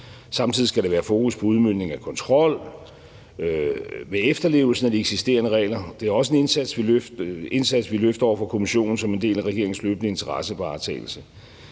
Samtidig skal der være fokus på udmøntning af kontrol ved efterlevelsen af de eksisterende regler. Det er også en indsats, vi løfter over for Kommissionen som en del af regeringens løbende interessevaretagelse.